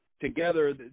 together